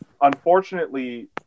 Unfortunately